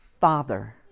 Father